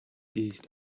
east